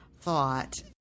thought